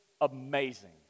amazing